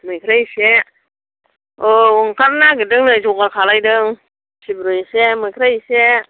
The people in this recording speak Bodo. मैफ्राय एसे औ ओंखारनो नागिरदों नै जगार खालायदों सिब्रु एसे मैफ्राय एसे